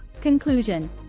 Conclusion